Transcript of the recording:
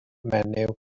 menyw